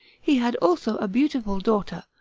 he had also a beautiful daughter,